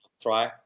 try